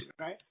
right